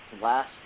last